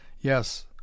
yes